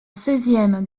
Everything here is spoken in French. seizièmes